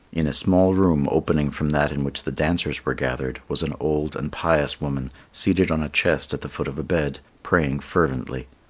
in a small room opening from that in which the dancers were gathered was an old and pious woman seated on a chest at the foot of a bed, praying fervently.